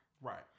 Right